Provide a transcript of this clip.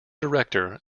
director